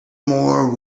more